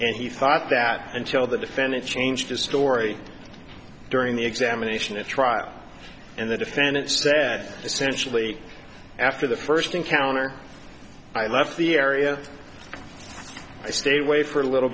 and he thought that until the defendant changed his story during the examination at trial and the defendant said essentially after the first encounter i left the area i stayed away for a little